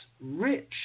rich